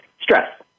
stress